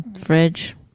fridge